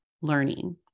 learning